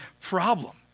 problem